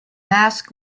masks